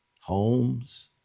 homes